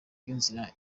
rw’inzira